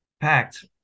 Packed